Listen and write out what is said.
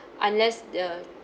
unless the